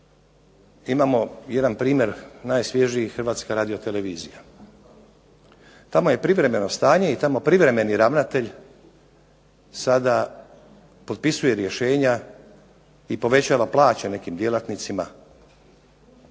imamo jedan primjer najsvježiji, Hrvatska radiotelevizija. Tamo je privremeno stanje i tamo privremeni ravnatelj sada potpisuje rješenja i povećava plaće nekim djelatnicima